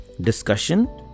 discussion